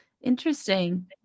interesting